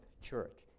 church